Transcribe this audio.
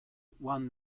won